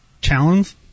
Challenge